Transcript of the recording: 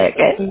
Okay